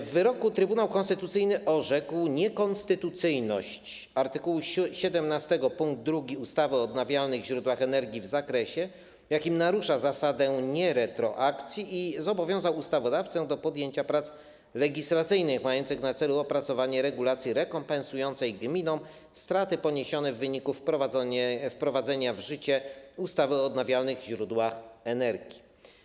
W wyroku Trybunał Konstytucyjny orzekł niekonstytucyjność art. 17 pkt 2 ustawy o odnawialnych źródłach energii w zakresie, w jakim narusza zasadę nieretroakcji, i zobowiązał ustawodawcę do podjęcia prac legislacyjnych mających na celu opracowanie regulacji rekompensującej gminom straty poniesione w wyniku wprowadzenia w życie ustawy o odnawialnych źródłach energii.